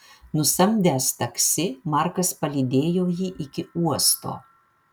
nusamdęs taksi markas palydėjo jį iki uosto